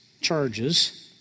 charges